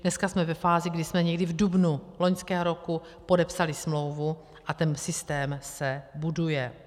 Dneska jsme ve fázi, kdy jsme někdy v dubnu minulého roku podepsali smlouvu a ten systém se buduje.